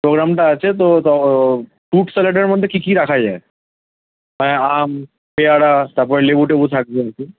প্রোগ্রামটা আছে তো তো ফুড স্যালাডের মধ্যে কী কী রাখা যায় হ্যাঁ আম পেয়ারা তারপরে লেবু টেবু থাকবে আর কি